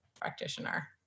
practitioner